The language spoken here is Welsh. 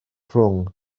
rhwng